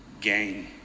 Gain